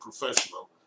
professional